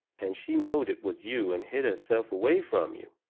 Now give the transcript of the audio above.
and she knowed it was you and hid herself away from you.